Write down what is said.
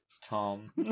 Tom